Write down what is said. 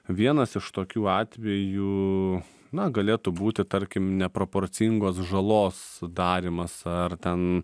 vienas iš tokių atvejų na galėtų būti tarkim neproporcingos žalos darymas ar ten